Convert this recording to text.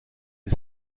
des